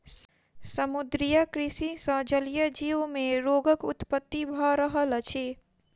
समुद्रीय कृषि सॅ जलीय जीव मे रोगक उत्पत्ति भ रहल अछि